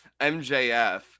MJF